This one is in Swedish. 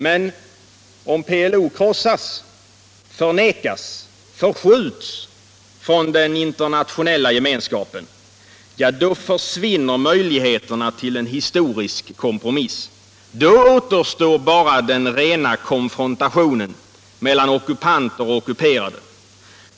Men om PLO krossas, förnekas, förskjuts från den internationella gemenskapen — ja, då försvinner möjligheterna till en historisk kompromiss. Då återstår bara den rena konfrontationen mellan ockupanter och ockuperade.